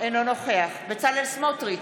אינו נוכח בצלאל סמוטריץ'